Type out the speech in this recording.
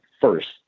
first